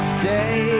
stay